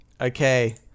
Okay